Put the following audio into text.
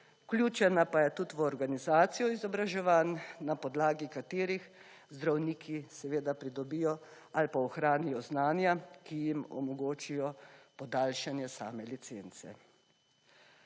vključena pa je tudi v organizacijo izobraževanj, na podlagi katerih zdravniki pridobijo ali pa ohranijo znanja, ki jim omogočijo podaljšanje same licence.